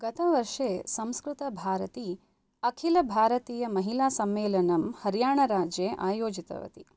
गतवर्षे संस्कृतभारती अखिलभारतीयमहिलासम्मेलनं हर्याणाराज्ये आयोजितवती